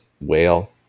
whale